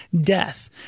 death